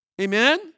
Amen